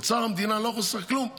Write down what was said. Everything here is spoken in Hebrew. אוצר המדינה לא חוסך כלום,